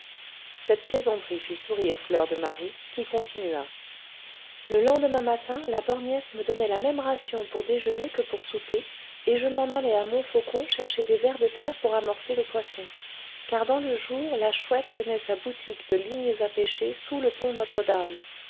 cette plaisanterie fit sourire fleur de marie qui continua le lendemain matin la borgnesse me donnait la même ration pour déjeuner que pour souper et je m'en allais à montfaucon chercher des vers de terre pour amorcer le poisson car dans le jour la chouette tenait sa boutique de lignes à pêcher sous le pont notre-dame